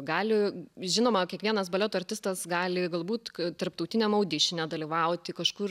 gali žinoma kiekvienas baleto artistas gali galbūt tarptautiniam audišine nedalyvauti kažkur